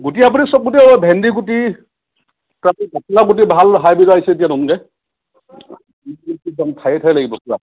গুটি আপুনি চব গুটিয়েই পাব ভেণ্ডি গুটি তাৰ পিছত ভাল হাইব্ৰীড আহিছে এতিয়া নতুনকে একদম ঠাইে ঠাইে লাগিব